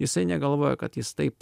jisai negalvojo kad jis taip